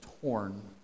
torn